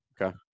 Okay